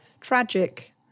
tragic